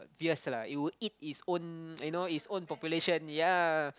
fierce lah it would eat its own you know its own population yea